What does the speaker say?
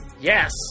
Yes